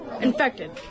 infected